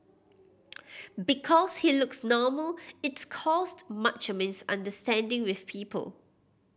because he looks normal it's caused much misunderstanding with people